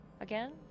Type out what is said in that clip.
again